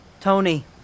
Tony